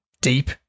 deep